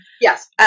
Yes